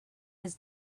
his